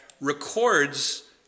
records